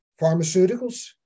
Pharmaceuticals